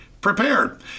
prepared